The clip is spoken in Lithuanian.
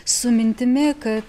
su mintimi ka